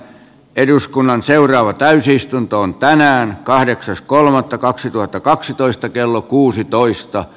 eduskunnan seuraava täysistunto on tänään kahdeksas kolmannetta kaksituhattakaksitoista kello kuusitoista